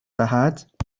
دهد